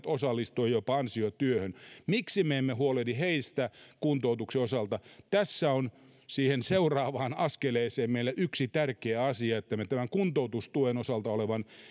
osallistua myöskin jopa ansiotyöhön miksi me emme huolehdi heistä kuntoutuksen osalta tässä on siihen seuraavaan askeleeseen meille yksi tärkeä asia että me tämän kuntoutustuen